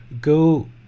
go